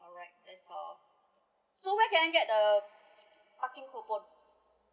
alright that's all so where can I get the parking coupon